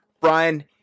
Brian